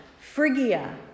Phrygia